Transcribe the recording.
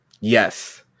Yes